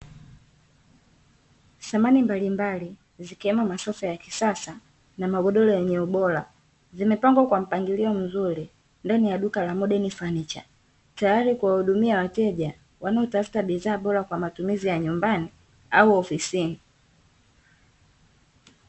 Samani mbalimbali zikiwemo masofa ya kisasa na magodoro yenye ubora, zimepangwa kwa mpangilio mzuri ndani ya duka la modeni fanicha tayari kuwahudumia wateja wanaotafuta bidhaa bora kwa matumizi ya nyumbani au ofisini.